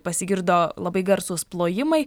pasigirdo labai garsūs plojimai